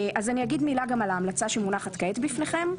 אז אני אגיד מילה גם על ההמלצה שמונחת כעת בפניכם: